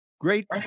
Great